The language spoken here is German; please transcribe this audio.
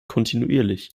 kontinuierlich